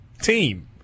team